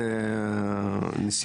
זאת הזדמנות